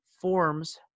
forms